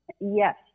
Yes